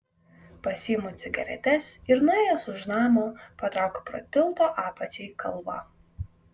pasiimu cigaretes ir nuėjęs už namo patraukiu pro tilto apačią į kalvą